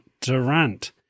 Durant